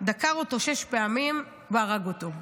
דקר אותו שש פעמים והרג אותו.